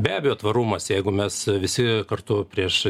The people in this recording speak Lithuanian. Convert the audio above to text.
be abejo tvarumas jeigu mes visi kartu prieš